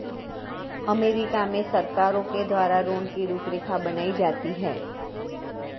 अमरीका में सरकारों के द्वारा ऋण की रूपरेखा बनाई जाती है